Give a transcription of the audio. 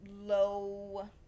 low